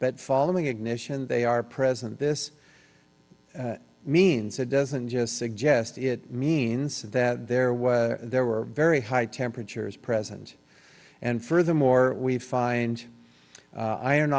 but following ignition they are present this means it doesn't just suggest it means that there was there were very high temperatures present and furthermore we find iron